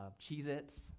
Cheez-Its